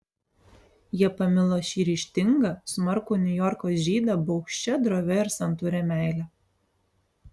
jie pamilo šį ryžtingą smarkų niujorko žydą baugščia drovia ir santūria meile